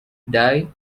die